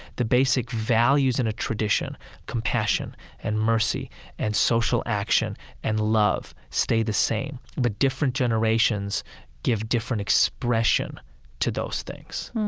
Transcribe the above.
the basic values in a tradition compassion and mercy and social action and love stay the same. but different generations give different expression to those things